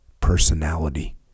personality